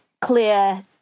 clear